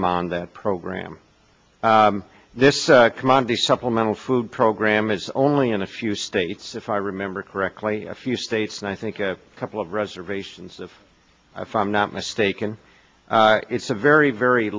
them on that program this commodity supplemental food program is only in a few states if i remember correctly a few states and i think a couple of reservations of i'm not mistaken it's a very very